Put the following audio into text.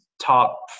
top